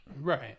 right